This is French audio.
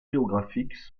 géographiques